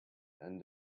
and